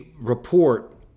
report